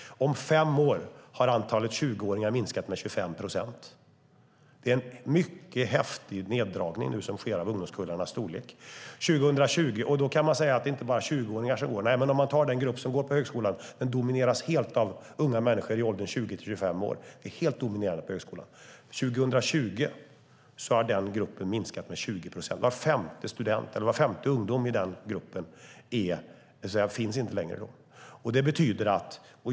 Om fem år har antalet 20-åringar minskat med 25 procent. Det är en mycket häftig neddragning av ungdomskullarnas storlek som nu sker. Man kan säga att det inte bara är 20-åringar som går på högskolan. Men den grupp som går på högskolan domineras helt av unga människor i åldern 20-25 år. Den är helt dominerande på högskolan. År 2020 har den gruppen minskat med 20 procent. Var femte ungdom i den gruppen finns liksom inte längre då.